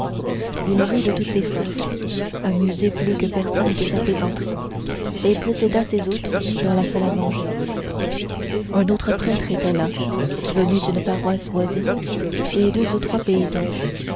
il rit de toutes ses forces amusé plus que personne de sa plaisanterie et précéda ses hôtes dans la salle à manger un autre prêtre était là venu d'une paroisse voisine et deux ou trois paysans